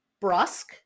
brusque